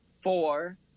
four